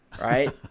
right